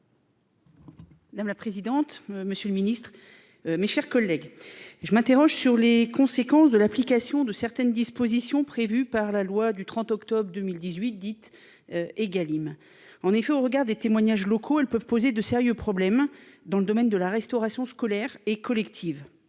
Madame la présidente, monsieur le Ministre, mes chers collègues, je m'interroge sur les conséquences de l'application de certaines dispositions prévues par la loi du 30 octobre 2018 dites Egalim en effet, au regard des témoignages locaux, elles peuvent poser de sérieux problèmes dans le domaine de la restauration scolaire et collective,